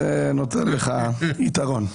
זה נותן לך יתרון.